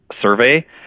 survey